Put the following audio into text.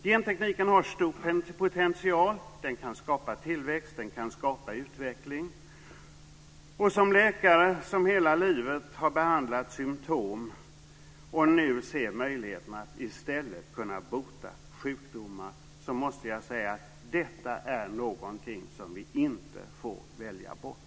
Gentekniken har stor potential. Den kan skapa tillväxt och utveckling. Som läkare som hela livet har behandlat symtom och nu ser möjligheterna att i stället bota sjukdomar måste jag säga: Detta är någonting som vi inte får välja bort.